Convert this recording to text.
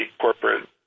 corporate